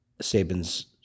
Sabin's